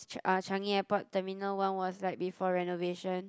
uh Changi-Airport terminal one was like before renovation